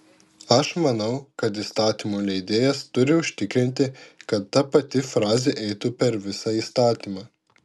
aš manau kad įstatymų leidėjas turi užtikrinti kad ta pati frazė eitų per visą įstatymą